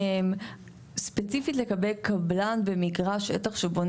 ספציפית לגבי קבלן במגרש שטח שבונה